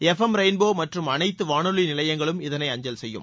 எப் M Rainbow மற்றும் அனைத்து வானொலி நிலையங்களும் இதனை அஞ்சல் செய்யும்